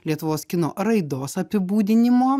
lietuvos kino raidos apibūdinimo